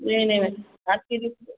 नहीं नहीं आपकी रिपोर्ट